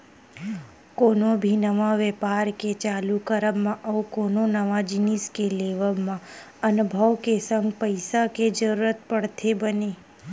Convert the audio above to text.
कोनो भी नवा बेपार के चालू करब मा अउ कोनो नवा जिनिस के लेवब म अनभव के संग पइसा के जरुरत पड़थे बने